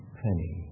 penny